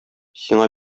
сиңа